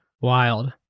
wild